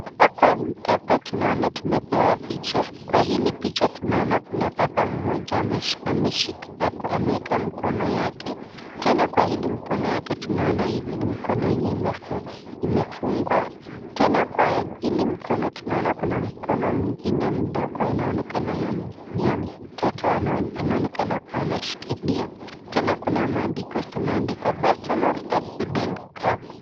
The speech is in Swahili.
Hapa tunaona tumepewa picha. Kwa hili picha tunaona kuna baba mmoja ameeka mkono yake. Tena kwa hili mkono yake tunaona hili ni mkono imefungwa. Tena kwa hili mkono tunaona kua kuna mkono mwingine mdogo inaonekana ni ya mtoto. Anaonekana kuwa anashikilia. Tena kuna maandiko zimeandikwa Personal Accident Cover .